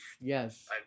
yes